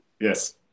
Yes